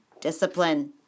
discipline